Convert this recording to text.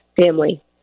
family